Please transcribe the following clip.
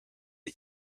the